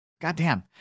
Goddamn